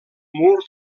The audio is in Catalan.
mur